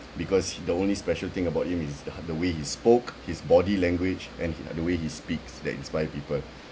because the only special thing about him is th~ the the way he spoke his body language and the way he speaks that inspire people